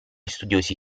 studiosi